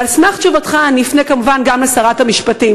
ועל סמך תשובתך אני אפנה כמובן גם לשרת המשפטים.